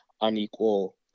unequal